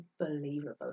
unbelievable